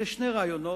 אלה שני רעיונות